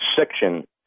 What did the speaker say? section